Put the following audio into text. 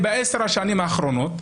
ולקבל החלטה נכון,